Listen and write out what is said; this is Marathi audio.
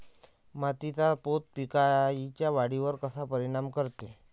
मातीचा पोत पिकाईच्या वाढीवर कसा परिनाम करते?